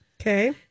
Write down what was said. Okay